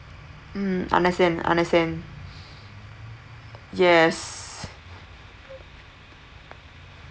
mm understand understand yes